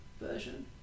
version